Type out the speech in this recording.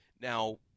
Now